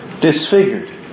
disfigured